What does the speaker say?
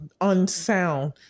unsound